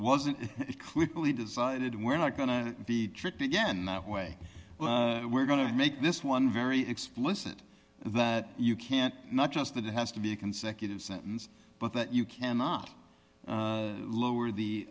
wasn't it quickly decided we're not going to be tricked again that way we're going to make this one very explicit that you can't not just that it has to be a consecutive sentence but that you cannot lower the